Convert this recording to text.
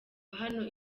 hano